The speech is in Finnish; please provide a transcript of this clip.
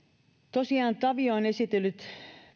tosiaan tavio on esitellyt